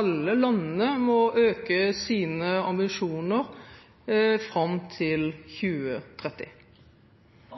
alle landene må øke sine ambisjoner fram til 2030.